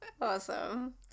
awesome